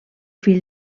fill